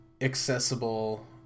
accessible